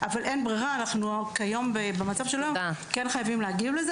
אין ברירה, אנחנו חייבים להגיב.